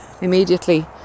immediately